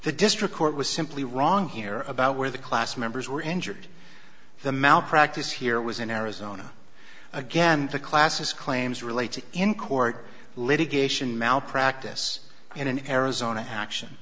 the district court was simply wrong here about where the class members were injured the malpractise here was in arizona again the classes claims relate to in court litigation malpractise and in arizona action